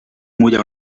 mulla